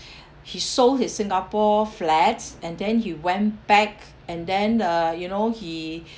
he sold his singapore flat and then he went back and then the you know he